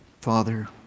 Father